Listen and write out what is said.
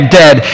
dead